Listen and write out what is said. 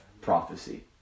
prophecy